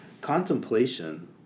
contemplation